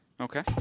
Okay